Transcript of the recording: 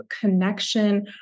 connection